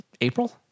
April